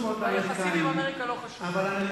והיחסים עם אמריקה לא חשובים.